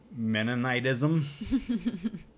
Mennonitism